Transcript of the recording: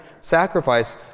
sacrifice